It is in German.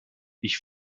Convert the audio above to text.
ich